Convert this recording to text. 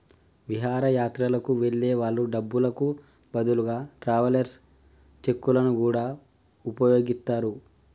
విహారయాత్రలకు వెళ్ళే వాళ్ళు డబ్బులకు బదులుగా ట్రావెలర్స్ చెక్కులను గూడా వుపయోగిత్తరు